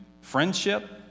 friendship